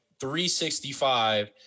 365